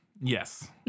Yes